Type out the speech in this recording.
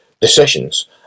decisions